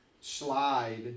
slide